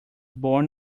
born